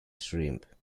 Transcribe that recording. shrimp